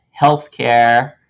healthcare